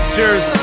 Cheers